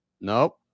nope